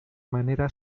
manera